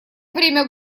время